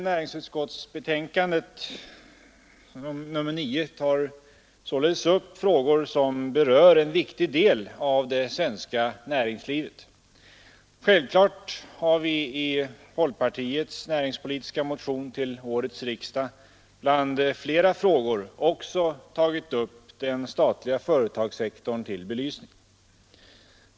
Näringsutskottets betänkande nr 9 behandlar således frågor som berör en viktig del av det svenska näringslivet. Självklart har vi i folkpartiets näringspolitiska motion till årets riksdag bland flera frågor också tagit upp den statliga företagssektorn till belysning.